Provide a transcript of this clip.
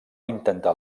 intentar